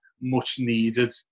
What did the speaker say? much-needed